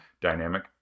dynamic